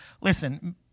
Listen